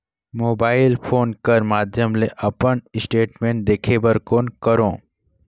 Mobile phone कर माध्यम ले अपन स्टेटमेंट देखे बर कौन करों?